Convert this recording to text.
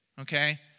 okay